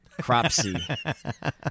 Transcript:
cropsy